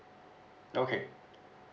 okay